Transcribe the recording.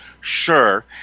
Sure